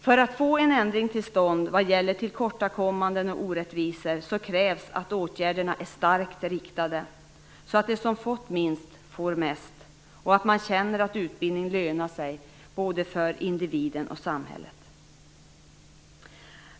För att få en ändring till stånd vad gäller tillkortakommanden och orättvisor krävs att åtgärderna är starkt riktade, så att de som fått minst får mest och att man känner att utbildning lönar sig för både individen och samhället.